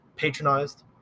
Patronized